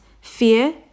fear